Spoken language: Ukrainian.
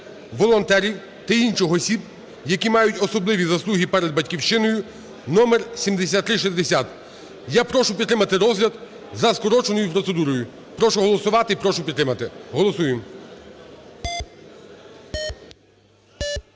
волонтерів та інших осіб які мають особливі заслуги перед Батьківщиною (№ 7360). Я прошу підтримати розгляд за скороченою процедурою. Прошу голосувати і прошу підтримати. Голосуємо.